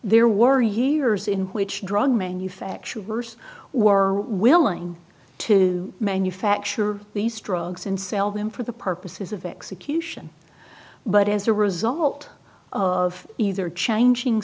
there were years in which drug manufacturers were willing to manufacture these drugs and sell them for the purposes of execution but as a result of either changing